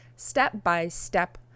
step-by-step